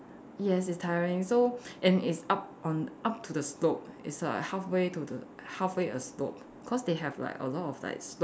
yes it's tiring so and it's up on up to the slope it's a halfway to the halfway a slope cause they have like a lot of like slope